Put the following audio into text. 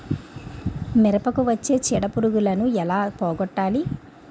మిరపకు వచ్చే చిడపురుగును ఏల పోగొట్టాలి?